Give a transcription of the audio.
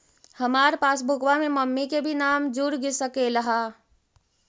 हमार पासबुकवा में मम्मी के भी नाम जुर सकलेहा?